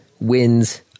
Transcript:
wins